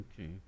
Okay